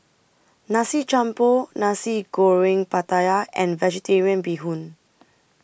Nasi Campur Nasi Goreng Pattaya and Vegetarian Bee Hoon